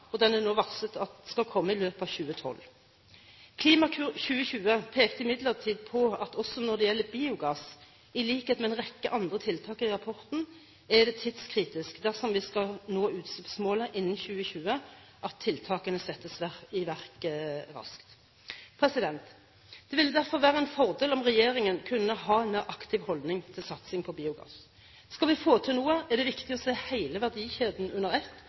og det er nå varslet at den skal komme i løpet av 2012. Klimakur 2020 pekte imidlertid på at også når det gjelder biogass – i likhet med en rekke andre tiltak i rapporten – er det tidskritisk at tiltakene settes i verk raskt dersom vi skal nå utslippsmålene innen 2020. Det ville derfor være en fordel om regjeringen kunne ha en mer aktiv holdning til satsing på biogass. Skal vi få til noe, er det viktig å se hele verdikjeden under ett